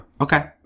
Okay